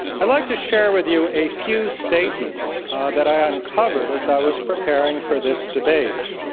i'd like to share with you a few statements that i uncovered as i was preparing for this debate.